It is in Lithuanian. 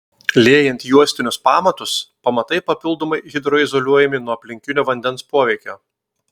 liejant juostinius pamatus pamatai papildomai hidroizoliuojami nuo aplinkinio vandens poveikio